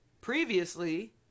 previously